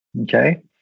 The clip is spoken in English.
okay